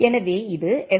எனவே இது எஸ்